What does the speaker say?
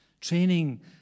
training